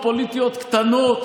היו להם דיונים פוליטיים,